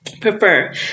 prefer